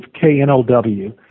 K-N-O-W